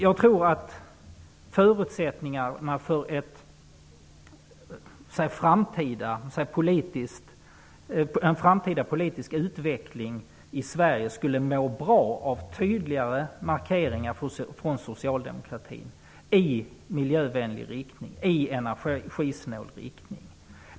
Jag tror att förutsättningarna för en framtida politisk utveckling i Sverige skulle må bra av tydligare markeringar från socialdemokratin i miljövänlig och energisnål riktning.